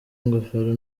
ingofero